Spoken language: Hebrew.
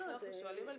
- אנחנו שואלים על